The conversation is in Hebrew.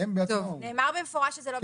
נאמר במפורש שזה לא.